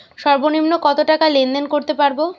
সর্বনিম্ন কত টাকা লেনদেন করতে পারবো?